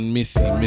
Missy